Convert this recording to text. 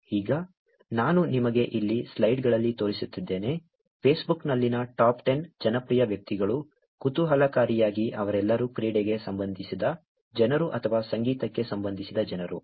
ಈಗ ನಾನು ನಿಮಗೆ ಇಲ್ಲಿ ಸ್ಲೈಡ್ಗಳಲ್ಲಿ ತೋರಿಸುತ್ತಿದ್ದೇನೆ Facebook ನಲ್ಲಿನ ಟಾಪ್ 10 ಜನಪ್ರಿಯ ವ್ಯಕ್ತಿಗಳು ಕುತೂಹಲಕಾರಿಯಾಗಿ ಅವರೆಲ್ಲರೂ ಕ್ರೀಡೆಗೆ ಸಂಬಂಧಿಸಿದ ಜನರು ಅಥವಾ ಸಂಗೀತಕ್ಕೆ ಸಂಬಂಧಿಸಿದ ಜನರು